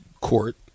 court